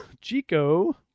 Chico